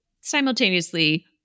simultaneously